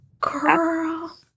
girl